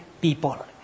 people